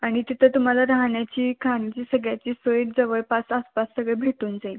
आणि तिथं तुम्हाला राहण्याची खाण्याची सगळ्याची सोय जवळपास आसपास सगळं भेटून जाईल